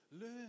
Learn